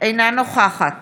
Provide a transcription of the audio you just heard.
אינה נוכחת